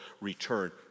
return